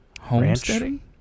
homesteading